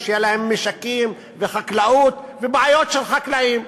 ושיהיו להם משקים וחקלאות ובעיות של חקלאים.